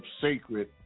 sacred